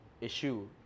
issue